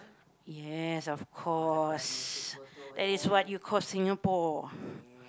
yes of course that is what you call Singapore